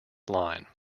line